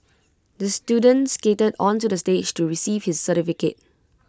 the student skated onto the stage to receive his certificate